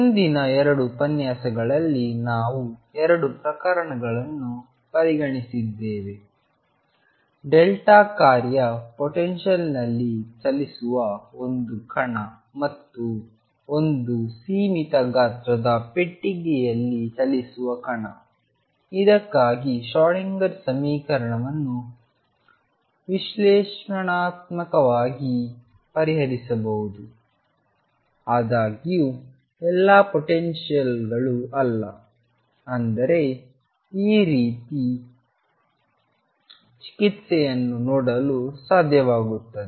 ಹಿಂದಿನ 2 ಉಪನ್ಯಾಸಗಳಲ್ಲಿ ನಾವು 2 ಪ್ರಕರಣಗಳನ್ನು ಪರಿಗಣಿಸಿದ್ದೇವೆ ಡೆಲ್ಟಾ ಕಾರ್ಯ ಪೊಟೆನ್ಶಿಯಲ್ ನಲ್ಲಿ ಚಲಿಸುವ ಒಂದು ಕಣ ಮತ್ತು ಒಂದು ಸೀಮಿತ ಗಾತ್ರದ ಪೆಟ್ಟಿಗೆಯಲ್ಲಿ ಚಲಿಸುವ ಕಣ ಇದಕ್ಕಾಗಿ ಶ್ರೋಡಿಂಗರ್ ಸಮೀಕರಣವನ್ನು ವಿಶ್ಲೇಷಣಾತ್ಮಕವಾಗಿ ಪರಿಹರಿಸಬಹುದು ಆದಾಗ್ಯೂ ಎಲ್ಲಾ ಪೊಟೆನ್ಶಿಯಲ್ಗಳು ಅಲ್ಲ ಅಂದರೆ ಈ ರೀತಿಯ ಚಿಕಿತ್ಸೆಯನ್ನು ನೋಡಲು ಸಾಧ್ಯವಾಗುತ್ತದೆ